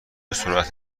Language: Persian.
سرعت